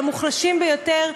למוחלשים ביותר,